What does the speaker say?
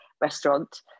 restaurant